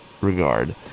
regard